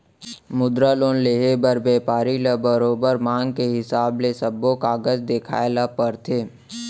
मुद्रा लोन लेहे बर बेपारी ल बरोबर मांग के हिसाब ले सब्बो कागज देखाए ल परथे